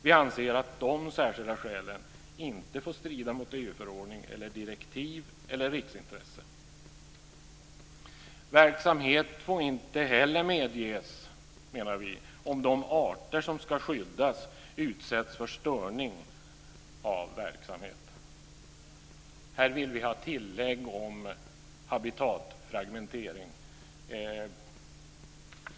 Vi anser att de särskilda skälen inte får strida mot EU-förordning eller direktiv eller mot riksintresse. Verksamhet får inte heller medges om de arter som ska skyddas utsätts för störning av verksamhet. Här vill vi ha tillägg om habitatfragmentering.